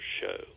show